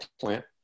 plant